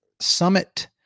summit